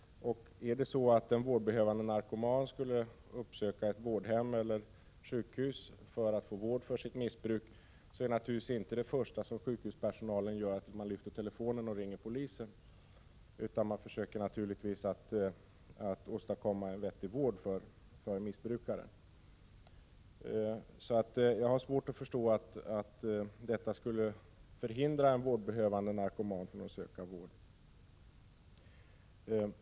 Om en vårdbehövande narkoman skulle uppsöka ett vårdhem eller sjukhus för att få vård för sitt missbruk så är det första sjukhuspersonalen gör naturligtvis inte att lyfta telefonluren och ringa polisen. De försöker i stället att åstadkomma en vettig vård för missbrukaren. Jag har svårt att förstå att frånvaro av straffrihetsgrund skulle hindra en vårdbehövande narkoman från att söka vård.